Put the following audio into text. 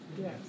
Yes